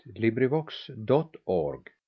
LibriVox.org